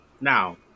now